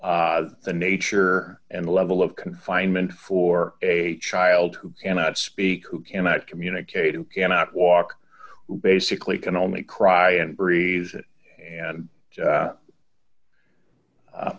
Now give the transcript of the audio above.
the nature and the level of confinement for a child who cannot speak who cannot communicate and cannot walk who basically can only cry and breeze and